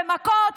במכות,